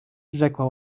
rzekła